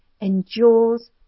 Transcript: endures